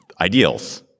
ideals